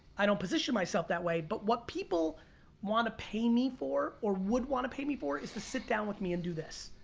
i don't position myself that way, but what people want to pay me for, or would want to pay me for is to sit down with me and do this,